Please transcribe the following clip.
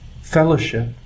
Fellowship